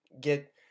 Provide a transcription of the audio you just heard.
get